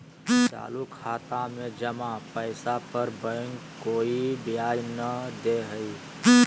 चालू खाता में जमा पैसा पर बैंक कोय ब्याज नय दे हइ